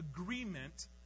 agreement